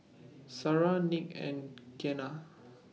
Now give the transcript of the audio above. Shara Nick and Gena